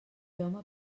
home